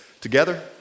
together